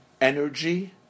Energy